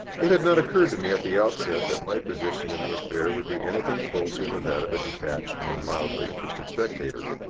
it had not occurred to me at the outset that my position in the affair would be anything closer than that of a detached and mildly interested spectator.